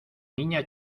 niña